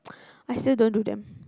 I still don't do them